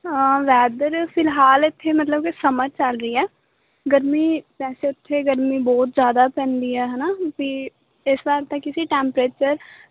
ਹਾਂ ਵੈਦਰ ਫਿਲਹਾਲ ਇੱਥੇ ਮਤਲਬ ਕਿ ਸਮਰ ਚੱਲ ਰਹੀ ਹੈ ਗਰਮੀ ਵੈਸੇ ਉੱਥੇ ਗਰਮੀ ਬਹੁਤ ਜ਼ਿਆਦਾ ਪੈਂਦੀ ਆ ਹੈੈ ਨਾ ਵੀ ਇਸ ਵਾਰ ਤਾਂ ਕਿਸੇ ਟੈਂਪਰੇਚਰ